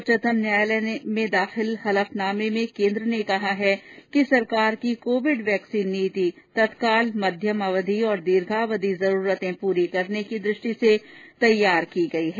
उच्चतम न्यायालय में दाखिल हलफनामे में केन्द्र ने कहा है कि सरकार की कोविड वैक्सीन नीति तत्काल मध्यम अवधि और दीर्घावधि जरूरते पूरी करने की दृष्टि से तैयार की गई है